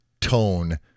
tone